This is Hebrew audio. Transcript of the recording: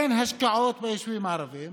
אין השקעות ביישובים הערביים